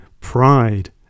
Pride